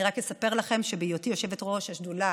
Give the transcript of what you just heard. אני רק אספר לכם שבהיותי יושבת-ראש השדולה